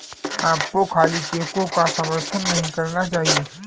आपको खाली चेकों का समर्थन नहीं करना चाहिए